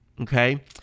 Okay